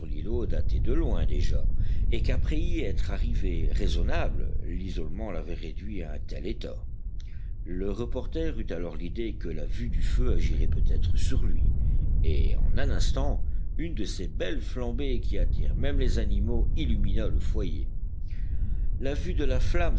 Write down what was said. l'îlot datait de loin déjà et qu'après y être arrivé raisonnable l'isolement l'avait réduit à un tel état le reporter eut alors l'idée que la vue du feu agirait peut-être sur lui et en un instant une de ces belles flambées qui attirent même les animaux illumina le foyer la vue de la flamme